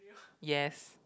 yes